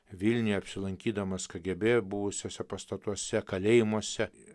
vilniuje apsilankydamas kgb buvusiuose pastatuose kalėjimuose